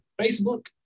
facebook